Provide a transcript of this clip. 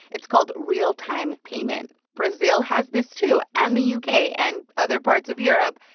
it's called real-time payment. brazil has this, too, and the u k. and other parts of europe,